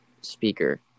speaker